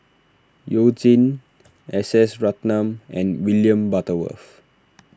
You Jin S S Ratnam and William Butterworth